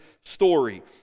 story